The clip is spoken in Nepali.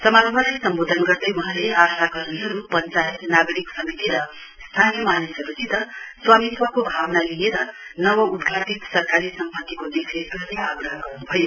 समारोहलाई सम्बोधन गर्दै वहाँले आशा कर्मीहरू पञ्चायत नागरिक समिति र स्थानीय मानिसहरूसित स्वामीत्वको भावना लिएर नव उद्घाटित सरकारी सम्पत्तिको देखरेख गर्ने आग्रह गर्न्भयो